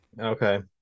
Okay